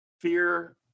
fear